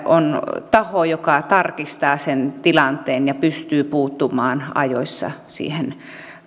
on taho joka tarkistaa sen tilanteen ja pystyy puuttumaan ajoissa